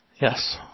Yes